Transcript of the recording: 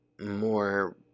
more